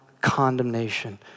condemnation